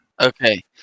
Okay